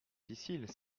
difficile